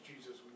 Jesus